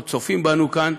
צופים בנו כאן,